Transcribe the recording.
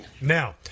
Now